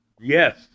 Yes